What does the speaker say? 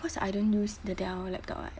because I don't use the dell laptop [what]